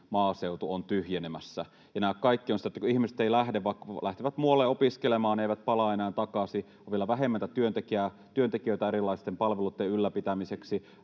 maaseutu tyhjenemässä. Ja tämä kaikki on sitä, että kun ihmiset vaikkapa lähtevät muualle opiskelemaan, he eivät palaa enää takaisin. On vielä vähemmän työntekijöitä erilaisten palveluitten ylläpitämiseksi,